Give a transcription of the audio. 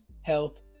health